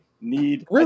need